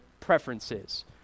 preferences